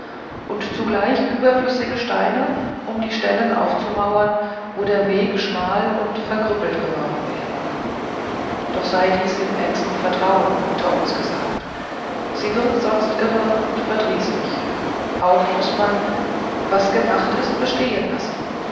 und zugleich überflüssige steine um die stellen heraufzumauern wo der weg schmal und verkrüppelt geworden wäre doch sei dies im engsten vertrauen unter uns gesagt sie wird sonst irre und verdrießlich auch muß man was gemacht ist bestehen lassen